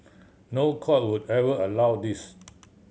no court would ever allow this